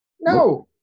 No